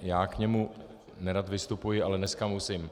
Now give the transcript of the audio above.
Já k němu nerad vystupuji, ale dneska musím.